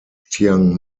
chiang